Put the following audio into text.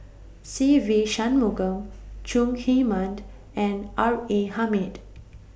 Se Ve Shanmugam Chong Heman and R A Hamid